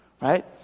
Right